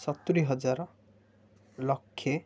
ସତୁୁରି ହଜାର ଲକ୍ଷେ